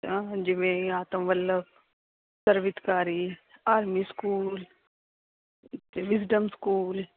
ਹਾਂ ਹਾਂਜੀ ਜਿਵੇਂ ਆਤਮ ਬੱਲਮ ਆਰਮੀ ਸਕੂਲ ਅਤੇ ਵਿਸਡਮ ਸਕੂਲ